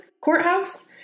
Courthouse